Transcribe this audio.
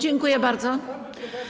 Dziękuję bardzo.